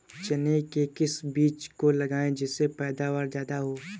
चने के किस बीज को लगाएँ जिससे पैदावार ज्यादा हो?